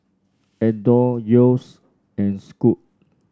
Adore Yeo's and Scoot